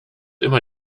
immer